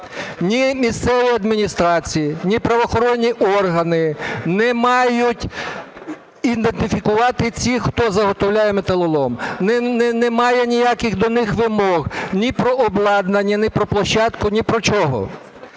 Ні місцева адміністрація, ні правоохоронні органи, не мають ідентифікувати тих, хто заготовляє металолом. Немає ніяких до них вимог: ні про обладнання, ні про площадку, ні про чого.